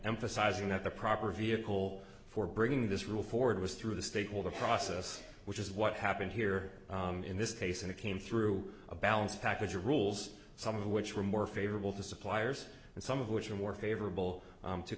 emphasizing that the proper vehicle for bringing this rule forward was through the state or the process which is what happened here in this case and it came through a balanced package of rules some of which were more favorable to suppliers and some of which are more favorable